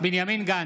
בנימין גנץ,